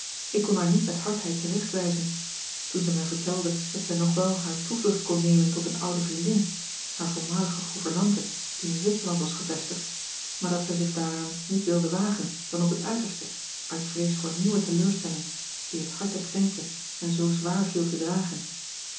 ik kon haar niet met hardheid terechtwijzen toen zij mij vertelde dat zij nog wel hare toevlucht kon nemen tot eene oude vriendin hare voormalige gouvernante die in zwitserland was gevestigd maar dat zij zich daaraan niet wilde wagen dan op het uiterste uit vrees voor nieuwe teleurstelling die het harte krenkte en zoo zwaar viel te dragen